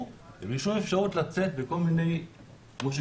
ובלי שום אפשרות לצאת כמו שלצערנו קראנו,